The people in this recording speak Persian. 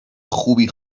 خوبی